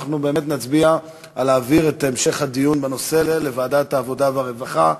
אנחנו באמת נצביע על העברת המשך הדיון בנושא לוועדת העבודה והרווחה.